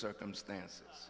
circumstances